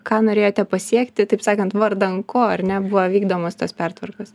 ką norėjote pasiekti taip sakant vardan ko ar ne buvo vykdomos tos pertvarkos